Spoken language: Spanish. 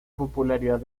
popularidad